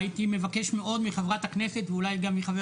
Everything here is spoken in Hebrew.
והייתי מבקש מאוד מחברת הכנסת ואולי גם מחבר